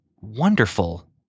wonderful